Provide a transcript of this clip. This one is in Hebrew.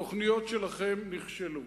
התוכניות שלכם נכשלו.